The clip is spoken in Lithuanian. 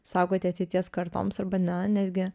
saugoti ateities kartoms arba ne netgi